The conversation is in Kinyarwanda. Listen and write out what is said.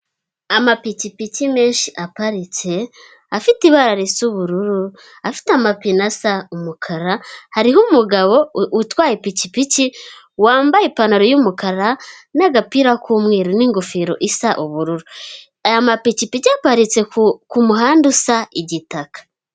Amapikipiki menshi aparitse afite ibara risa ubururu afite amapine asa umukara, hariho umugabo utwaye ipikipiki wambaye ipantaro y'umukara n'agapira k'umweru n'ingofero isa ubururu, aya mapikipiki aparitse ku muhanda usa igitaka.